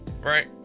Right